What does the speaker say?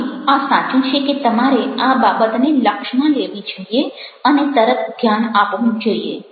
આથી આ સાચું છે કે તમારે આ બાબતને લક્ષમાં લેવી જોઈએ અને તરત ધ્યાન આપવું જોઈએ